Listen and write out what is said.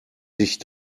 sich